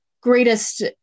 greatest